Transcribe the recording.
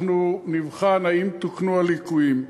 נבחן אם תוקנו הליקויים.